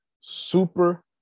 super